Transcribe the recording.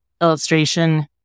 illustration